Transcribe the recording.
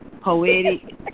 Poetic